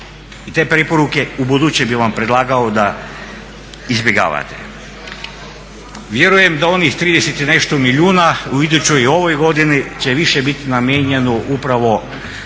i te preporuke u buduće bih vam predlagao da izbjegavate. Vjerujem da onih 30 i nešto milijuna u idućoj i ovoj godini će više bit namijenjeno upravo